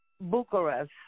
Bucharest